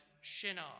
Shinar